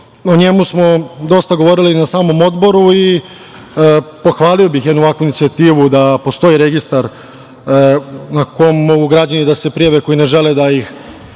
O njemu smo dosta govorili na samom odboru i pohvalio bih jednu ovakvu inicijativu, da postoji registar na kom mogu građani da se prijave koji ne žele da ih